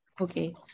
Okay